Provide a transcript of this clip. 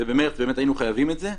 ובמרץ באמת היינו חייבים את זה,